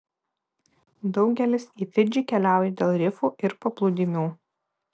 daugelis į fidžį keliauja dėl rifų ir paplūdimių